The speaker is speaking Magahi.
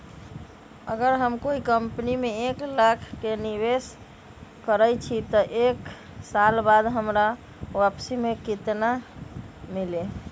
अगर हम कोई कंपनी में एक लाख के निवेस करईछी त एक साल बाद हमरा वापसी में केतना मिली?